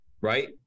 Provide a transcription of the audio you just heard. right